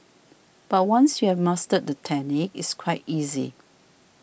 but once you have mastered the technique it's quite easy